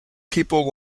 people